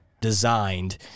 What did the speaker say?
designed